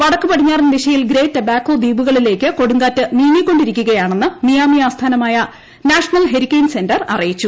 വടക്ക് പടിഞ്ഞാറൻ ദിശയിൽ ഗ്രേറ്റ് അബാകോ ദ്വീപുകളിലേയ്ക്ക് കൊടുങ്കാറ്റ് നീങ്ങിക്കൊണ്ടിരിക്കുകയാണെന്ന് മിയാമി ആസ്ഥാനമായ നാഷണൽ ഹരികെയ്ൻ സെന്റർ അറിയിച്ചു